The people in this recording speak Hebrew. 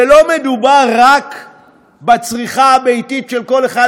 ולא מדובר רק בצריכה הביתית של כל אחד